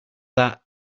that